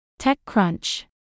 TechCrunch